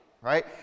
right